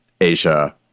Asia